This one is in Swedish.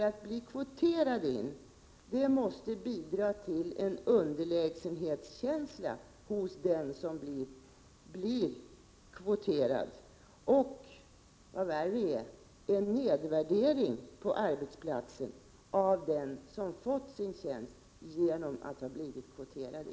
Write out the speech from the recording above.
Att bli kvoterad måste ju bidra till en känsla av underlägsenhet hos den som blir föremål för kvoteringen och, vad värre är, en nedvärdering av den som fått sin tjänst genom kvotering.